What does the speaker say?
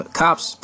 cops